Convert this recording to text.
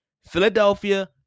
Philadelphia